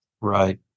Right